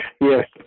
Yes